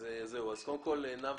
אז קודם כול, נאוה